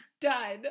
Done